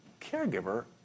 caregiver